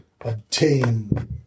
obtain